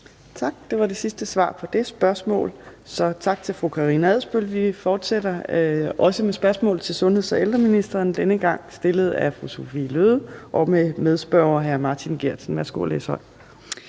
Tak. Det var det sidste svar på det spørgsmål, så tak til fru Karina Adsbøl. Vi fortsætter også med spørgsmål til sundheds- og ældreministeren, denne gang stillet af fru Sophie Løhde og med hr. Martin Geertsen som medspørger.